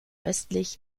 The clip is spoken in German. östlich